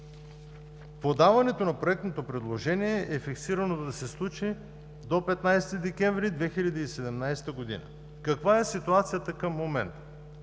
Подаването на проектното предложение е фиксирано да се случи до 15 декември 2017 г. Каква е ситуацията към момента?